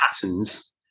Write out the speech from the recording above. patterns